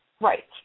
Right